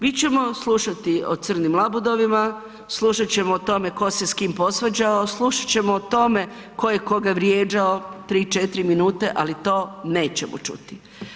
Mi ćemo slušati o crnim labudovima, slušat ćemo o tome tko se s kim posvađao, slušat ćemo o tome tko je koga vrijeđao, 3, 4 minute ali to nećemo čuti.